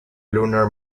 lunar